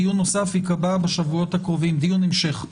דיון נוסף ייקבע בשבועות הקרובים, דיון המשך.